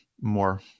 more